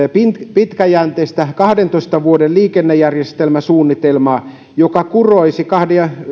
pitkäjänteistä kahdentoista vuoden liikennejärjestelmäsuunnitelmaa joka kuroisi